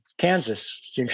Kansas